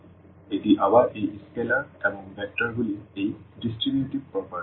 সুতরাং এটি আবার এই স্কেলার এবং ভেক্টরগুলির এই ডিস্ট্রিবিউটিভ প্রপার্টি